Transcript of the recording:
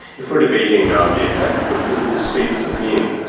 if we're debating the effect of physical states of being,